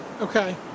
okay